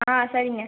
ஆ சரிங்க